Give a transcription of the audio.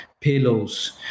pillows